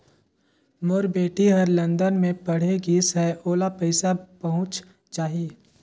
मोर बेटी हर लंदन मे पढ़े गिस हय, ओला पइसा पहुंच जाहि?